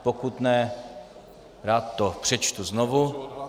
Pokud ne, rád to přečtu znovu.